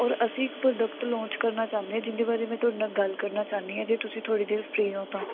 ਔਰ ਅਸੀਂ ਇੱਕ ਪ੍ਰੋਡਕਟ ਲਾਂਚ ਕਰਨਾ ਚਾਹੁੰਦੇ ਹਾਂ ਜਿਹਦੇ ਬਾਰੇ ਮੈਂ ਤੁਹਾਡੇ ਨਾਲ ਗੱਲ ਕਰਨਾ ਚਾਹੁੰਦੀ ਹਾਂ ਜੇ ਤੁਸੀਂ ਥੋੜ੍ਹੀ ਦੇਰ ਫਰੀ ਹੋ ਤਾਂ